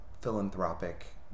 philanthropic